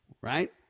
right